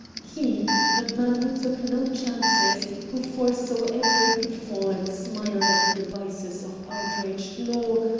he, the man who took no chances, who foresaw every pitfall and smiled at the devices of outraged law,